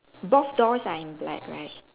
both doors are in black right